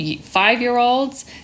five-year-olds